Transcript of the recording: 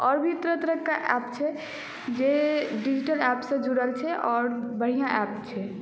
आओर भी तरह तरहके एप्प छै जे डिजिटल एप्पसँ जुड़ल छै आओर बढ़िआँ एप्प छै